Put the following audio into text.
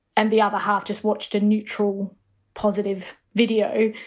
and the other half just watched a neutral positive video.